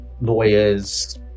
lawyers